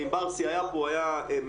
ואם בר סימן טוב היה פה היה מעיד,